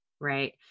Right